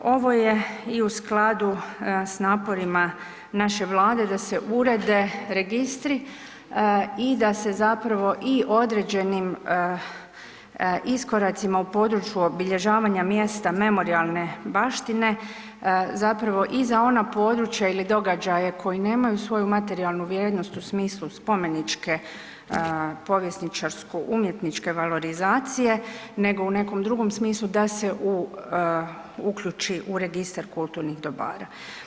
Ovo je i u skladu s naporima naše Vlade da se urede registri i da se zapravo i određenim iskoracima u području obilježavanja mjesta memorijalne baštine zapravo i za ona područja ili događaje koji nemaju svoju materijalnu vrijednost u smislu spomeničke povjesničarsko umjetničke valorizacije nego u nekom drugom smislu da se u, uključi u registar kulturnih dobara.